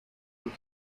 with